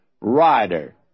rider